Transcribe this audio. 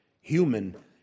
human